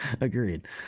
Agreed